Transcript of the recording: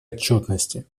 отчетности